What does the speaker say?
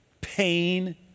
pain